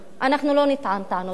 אנחנו לא נטען טענות חדשות,